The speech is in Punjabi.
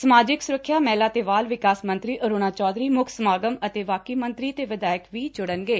ਸਮਾਜਿਕ ਸੁਰੱਖਿਆ ਪਹਿਲਾ ਤੇ ਬਾਲ ਵਿਕਾਸ ਮੰਤਰੀ ਅਰੁਣਾ ਚੋਧਰੀ ਮੁੱਖ ਸਮਾਗਮ ਅਤੇ ਬਾਕੀ ਮੰਤਰੀ ਤੇ ਵਿਧਾਇਕ ਵੀ ਜੁੜਨਗੇ